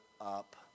up